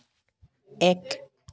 এক